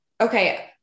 Okay